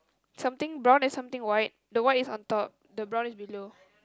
something brown and something white the white is on top the brown is below